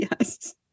Yes